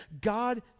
God